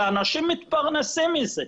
שאנשים מתפרנסים מזה?